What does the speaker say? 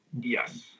Yes